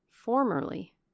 Formerly